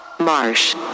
marsh